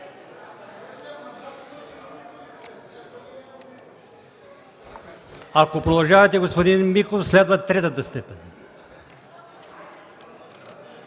Ако продължавате, господин Михов, следва третата степен.